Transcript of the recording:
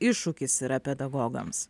iššūkis yra pedagogams